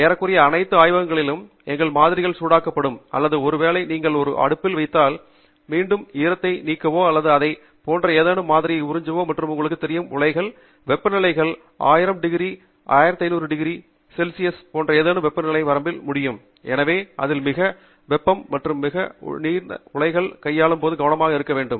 ஏறக்குறைய அனைத்து ஆய்வுக்கூடங்களிலும் எங்களின் மாதிரிகள் சூடாக்கப்படும் அல்லது ஒருவேளை நீங்கள் ஒரு அடுப்பில் வைத்தால் மீண்டும் ஈரத்தை நீக்கவோ அல்லது அதைப் போன்ற ஏதேனும் மாதிரியை உறிஞ்சவோ மற்றும் உங்களுக்கு தெரியுமா உலைகள் அறை வெப்பநிலை இருந்து 1000 டிகிரி C 1500 டிகிரி C போன்ற ஏதோ வெப்பநிலை வரம்பில் முடியும் எனவே அதில் மிக அதிக வெப்பநிலை மற்றும் நீங்கள் உலைகளை கையாளும் போது கவனமாக இருக்க வேண்டும்